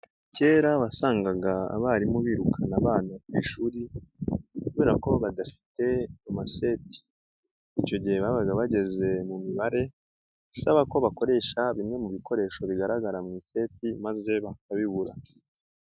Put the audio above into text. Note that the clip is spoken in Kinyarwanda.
Kera wasangaga abarimu birukana abana ku ishuri kubera ko badafite amaseti, icyo gihe babaga bageze mu mibare isaba ko bakoresha bimwe mu bikoresho bigaragara mu iseti maze bakabibura.